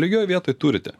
lygioj vietoj turite